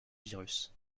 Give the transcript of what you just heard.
virus